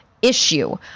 issue